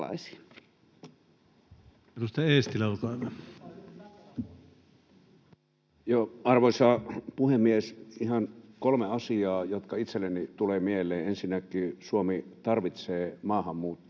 Arvoisa puhemies! Ihan kolme asiaa, jotka itselleni tulevat mieleen. Ensinnäkin Suomi tarvitsee maahanmuuttoa